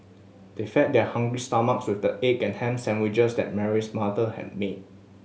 they fed their hungry stomachs with the egg and ham sandwiches that Mary's mother had made